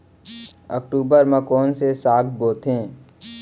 अक्टूबर मा कोन से साग बोथे?